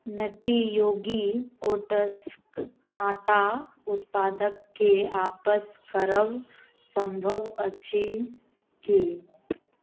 Nutty योगी ओट्सक आँटा ऊत्पादके आपस करब सम्भव अछि की